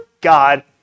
God